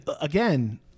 again